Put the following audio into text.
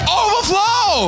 overflow